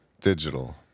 digital